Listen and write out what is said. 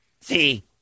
See